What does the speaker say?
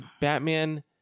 Batman